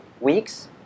weeks